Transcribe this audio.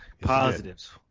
Positives